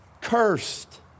Cursed